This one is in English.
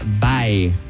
bye